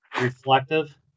Reflective